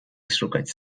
szukać